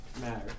Matter